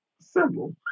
simple